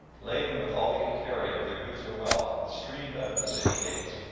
laden with all they could carry of their goods or wealth, streamed out of the city gates.